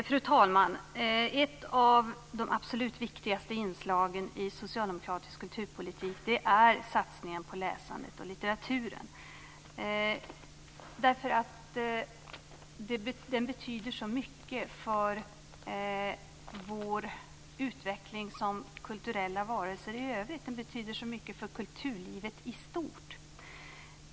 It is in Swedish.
Fru talman! Ett av de absolut viktigaste inslagen i socialdemokratisk kulturpolitik är satsningen på läsandet och litteraturen, därför att den betyder så mycket för vår utveckling som kulturella varelser i övrigt och för kulturlivet i stort.